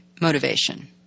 motivation